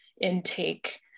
intake